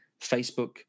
facebook